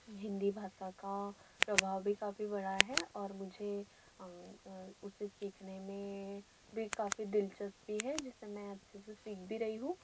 हिन्दी भाषा का प्रभाव भी काफ़ी बढ़ा है और मुझे उसे सीखने में भी काफ़ी दिलचस्पी है जिसे मैं अच्छे से सीख भी रही हूँ